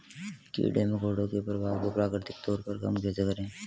कीड़े मकोड़ों के प्रभाव को प्राकृतिक तौर पर कम कैसे करें?